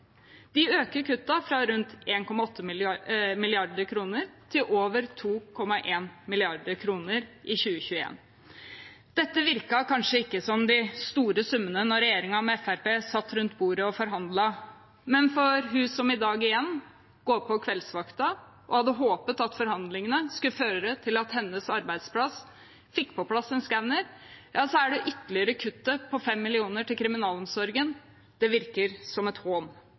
De øker kuttene fra rundt 1,8 mrd. kr til over 2,1 mrd. kr i 2021. Dette virket kanskje ikke som de store summene da regjeringen med Fremskrittspartiet satt rundt bordet og forhandlet, men for henne som i dag igjen går kveldsvakta og hadde håpet at forhandlingene skulle føre til at hennes arbeidsplass fikk på plass en skanner, virker det ytterligere kuttet på 5 mill. kr til kriminalomsorgen som en hån. Vi som